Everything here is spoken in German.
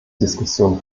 diskussion